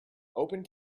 open